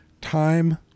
time